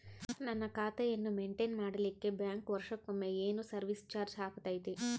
ನನ್ನ ಖಾತೆಯನ್ನು ಮೆಂಟೇನ್ ಮಾಡಿಲಿಕ್ಕೆ ಬ್ಯಾಂಕ್ ವರ್ಷಕೊಮ್ಮೆ ಏನು ಸರ್ವೇಸ್ ಚಾರ್ಜು ಹಾಕತೈತಿ?